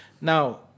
Now